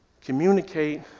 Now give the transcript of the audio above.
communicate